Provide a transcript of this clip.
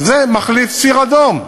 זה מחליף ציר אדום,